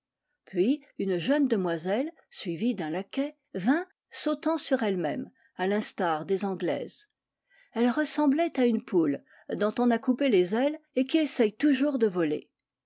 puis une jeune demoiselle suivie d'un laquais vint sautant sur elle-même à l'instar des anglaises elle ressemblait à une poule dont on a coupé les ailes et qui essaye toujours de voler